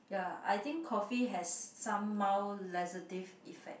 ya I think coffee has some mild laxative effect